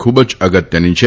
ખૂબ જ અગત્યની છે